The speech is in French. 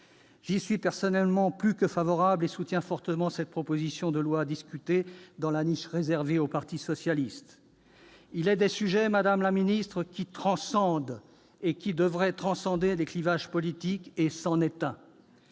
J'y suis personnellement plus que favorable et je soutiens fortement cette proposition de loi discutée dans la niche réservée au groupe socialiste et républicain. Il est des sujets, madame la secrétaire d'État, qui transcendent et qui devraient transcender les clivages politiques, et c'en est